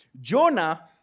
Jonah